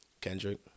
Kendrick